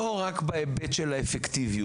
לא רק בהיבט של האפקטיביות,